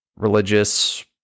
religious